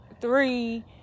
Three